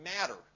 matter